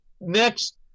next